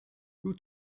who